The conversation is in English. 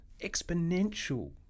exponential